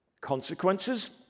Consequences